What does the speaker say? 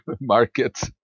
markets